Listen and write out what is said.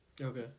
Okay